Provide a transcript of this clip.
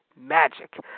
Magic